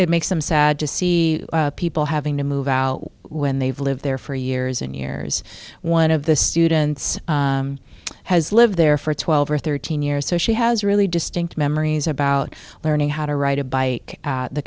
it makes them sad to see people having to move out when they've lived there for years and years one of the students has lived there for twelve or thirteen years so she has really distinct memories about learning how to ride a bike at the